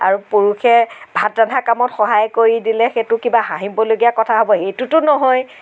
আৰু পুৰুষে ভাত ৰন্ধা কামত সহায় কৰি দিলে সেইটো কিবা হাঁহিবলগীয়া কথা হ'ব এইটোতো নহয়